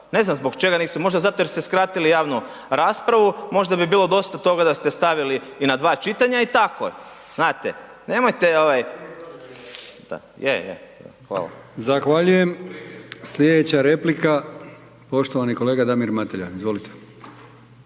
Ne znam zbog čega nisu, možda zato jer ste skratili javnu raspravu, možda bi bilo dosta toga da ste stavili i na dva čitanja i tako, znate nemojte ovaj. Hvala. **Brkić, Milijan (HDZ)** Zahvaljujem. Slijedeća replika, poštovani kolega Damir Mateljan. Izvolite.